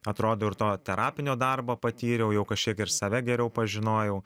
atrodo ir to terapinio darbo patyriau jau kažkiek ir save geriau pažinojau